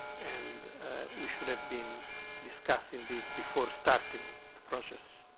and we should have been discussing this before starting the process.